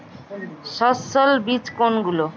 সস্যল বীজ কোনগুলো?